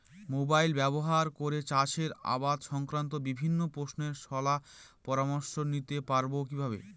Mobile ব্যাবহার করে চাষের আবাদ সংক্রান্ত বিভিন্ন প্রশ্নের শলা পরামর্শ নিতে পারবো কিভাবে?